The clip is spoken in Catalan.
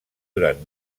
durant